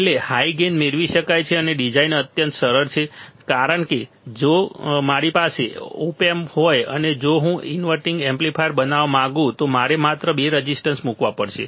છેલ્લે high gain મેળવી શકાય છે અને ડિઝાઇન અત્યંત સરળ છે કારણ કે જો મારી પાસે ઓપ એમ્પ હોય અને જો હું ઇન્વર્ટીંગ એમ્પ્લીફાયર બનાવવા માંગુ તો મારે માત્ર બે રેઝિસ્ટર મૂકવા પડશે